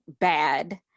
bad